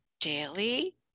daily